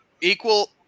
equal